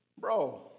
Bro